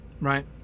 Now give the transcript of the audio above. right